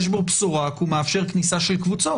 יש בו בשורה כי הוא מאפשר כניסה של קבוצות,